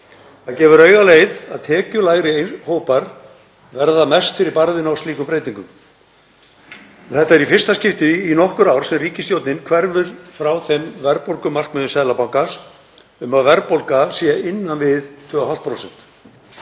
Það gefur augaleið að tekjulægri hópar verða mest fyrir barðinu á slíkum breytingum. Þetta er í fyrsta skipti í nokkur ár sem ríkisstjórnin hverfur frá þeim verðbólgumarkmiðum Seðlabankans að verðbólga sé innan við 2,5%.